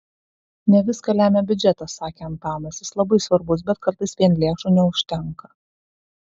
ne viską lemia biudžetas sakė antanas jis labai svarbus bet kartais vien lėšų neužtenka